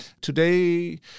Today